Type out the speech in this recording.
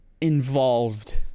involved